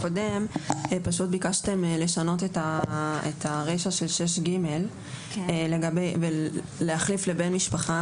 בסעיף הקודם פשוט ביקשתם לשנות את הרישא של 6ג ולהחליף ל"בן משפחה",